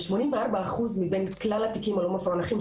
84 אחוז מבין כלל התיקים הלא מפוענחים,